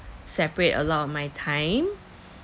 separate a lot of my time